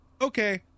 okay